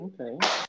Okay